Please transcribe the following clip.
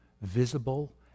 visible